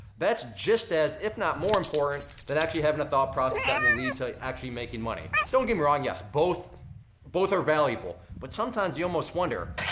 that's just as, if not more important, than actually having a thought process that will lead to actually making money. don't get me wrong, yes, both both are valuable. but sometimes you almost wonder,